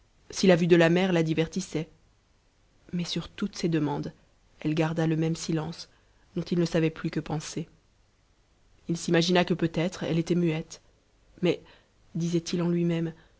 si la vue de la mer la divertissait mais sur toutes ces demandes elle garda le même silence dont il ne savait plus que penser il s'imagina que peutêtre elle était muette mais disait-il en lui-même